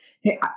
hey